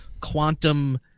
quantum